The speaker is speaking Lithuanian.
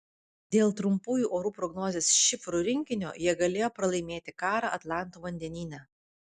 dėl trumpųjų orų prognozės šifrų rinkinio jie galėjo pralaimėti karą atlanto vandenyne